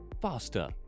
faster